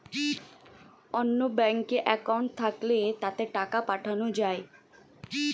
অন্য ব্যাঙ্কে অ্যাকাউন্ট থাকলে তাতে টাকা পাঠানো যায়